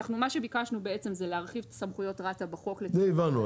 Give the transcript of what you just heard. מה שביקשנו בעצם זה להרחיב את סמכויות רת"א בחוק --- את זה הבנו,